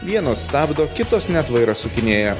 vienos stabdo kitos net vairą sukinėja